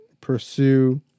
pursue